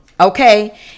okay